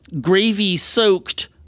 gravy-soaked